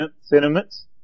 sentiments